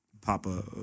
Papa